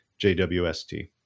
JWST